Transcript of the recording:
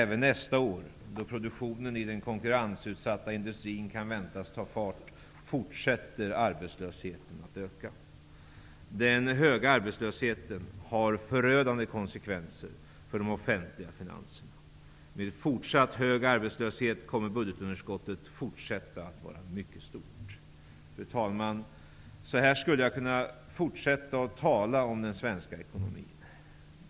Även nästa år, då produktionen i den konkurrensutsatta industrin kan väntas ta fart, fortsätter arbetslösheten att öka. Den höga arbetslösheten har förödande konsekvenser för de offentliga finanserna. Med fortsatt hög arbetslöshet kommer budgetunderskottet att vara fortsatt stort. Fru talman! Så här skulle jag kunna fortsätta att tala om den svenska ekonomin.